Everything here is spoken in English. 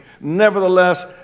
nevertheless